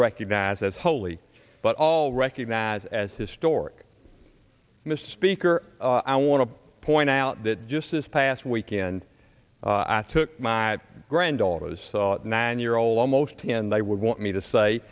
recognize as holy but all recognize as historic misspeak or i want to point out that just this past weekend i took my granddaughters nine year old almost and they would want me to say